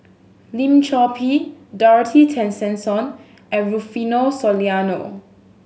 Lim Chor Pee Dorothy Tessensohn and Rufino Soliano